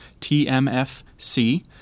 TMFC